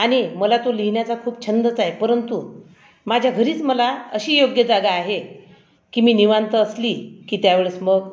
आणि मला तो लिहिण्याचा खूप छंदच आहे परंतु माझ्या घरीच मला अशी योग्य जागा आहे की मी निवांत असले की त्यावेळेस मग